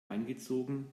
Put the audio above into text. eingezogen